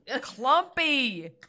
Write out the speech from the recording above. Clumpy